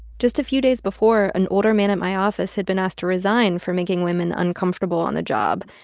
just a few days before, an older man at my office had been asked to resign for making women uncomfortable on the job.